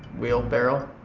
wheelbarrow,